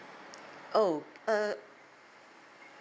oh err